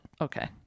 okay